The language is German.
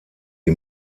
die